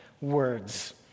words